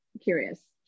curious